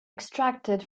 extracted